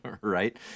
right